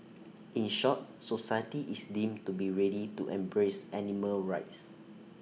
in short society is deemed to be ready to embrace animal rights